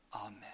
Amen